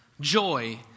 joy